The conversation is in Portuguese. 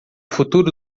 futuro